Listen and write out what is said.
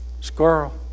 Squirrel